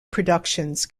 productions